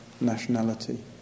nationality